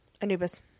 anubis